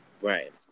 Right